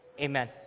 Amen